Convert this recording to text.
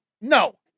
No